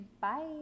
Bye